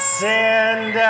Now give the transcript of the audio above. send